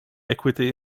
equity